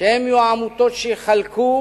שהן יהיו העמותות שיחלקו,